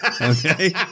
Okay